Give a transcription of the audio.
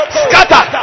scatter